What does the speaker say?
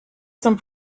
some